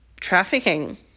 trafficking